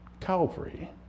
Calvary